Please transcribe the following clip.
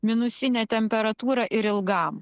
minusine temperatūra ir ilgam